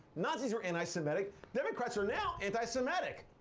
nazis were anti-semitic democrats are now anti-semitic.